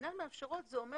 "אינן מאפשרות", זה אומר